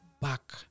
back